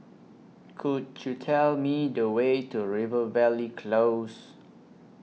Could YOU Tell Me The Way to Rivervale Close